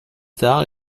tard